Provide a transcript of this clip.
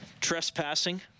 trespassing